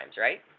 right